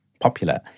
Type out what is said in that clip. popular